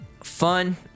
fun